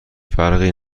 فرقی